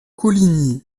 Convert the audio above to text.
coligny